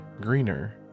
greener